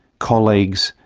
colleagues,